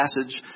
passage